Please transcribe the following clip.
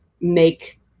make